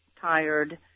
tired